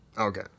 Okay